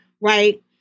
right